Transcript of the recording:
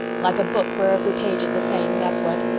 like a book where every page is the same, that's what.